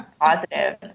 positive